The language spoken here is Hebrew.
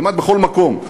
כמעט בכל מקום?